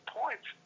points